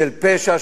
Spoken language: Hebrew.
של פשע,